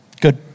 Good